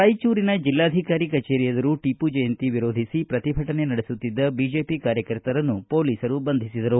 ರಾಯಚೂರಿನ ಜೆಲ್ಲಾಧಿಕಾರಿ ಕಜೇರಿ ಎದುರು ಟಿಪ್ಪು ಜಯಂತಿ ವಿರೋಧಿಸಿ ಪ್ರತಿಭಟನೆ ನಡೆಸುತ್ತಿದ್ದ ಬಿಜೆಪಿ ಕಾರ್ಯಕರ್ತರನ್ನು ಪೊಲೀಸರು ಬಂಧಿಸಿದರು